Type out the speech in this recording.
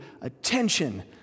attention